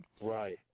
Right